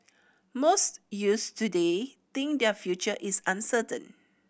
most youths today think that their future is uncertain